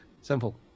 simple